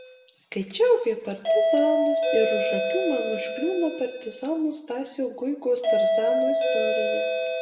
skaičiau apie partizanus ir už akių man užkliūna partizano stasio guigos tarzano istorija